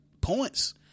points